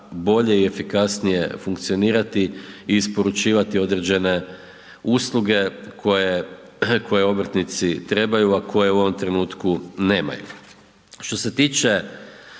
bolje i efikasnije funkcionirati i isporučivati određene usluge koje obrtnici trebaju a koje u ovom trenutku nemaju.